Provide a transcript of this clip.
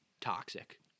toxic